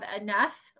enough